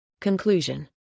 Conclusion